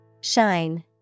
Shine